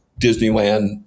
Disneyland